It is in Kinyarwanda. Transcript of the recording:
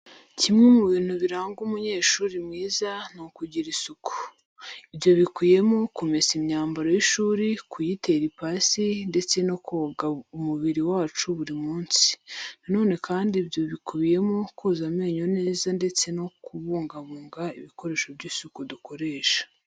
Kimwe mu bintu biranga umunyeshuri mwiza, ni ukugira isuku. Ibyo bikubiyemo kumesa imyambaro y'ishuri, kuyitera ipasi, ndetse ko koga umubiri wacu buri munsi. Na none kandi ibyo bikubiyemo koza amenyo neza ndetse no kubungabunga ibikoresho by'isuku dukoresha.